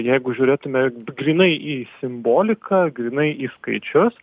jeigu žiūrėtume grynai į simboliką grynai į skaičius